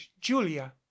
julia